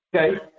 Okay